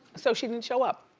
so she didn't show up.